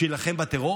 שיילחם בטרור,